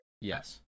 yes